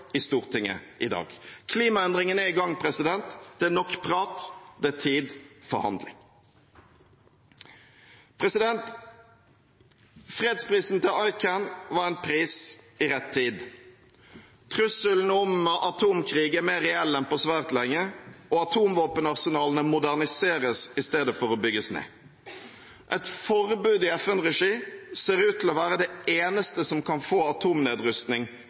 i Stortinget i dag. Klimaendringene er i gang. Det er nok prat – det er tid for handling. Fredsprisen til ICAN var en pris i rett tid. Trusselen om atomkrig er mer reell enn på svært lenge, og atomvåpenarsenalene moderniseres i stedet for å bygges ned. Et forbud i FN-regi ser ut til å være det eneste som kan få atomnedrustning